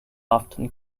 often